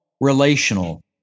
relational